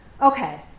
Okay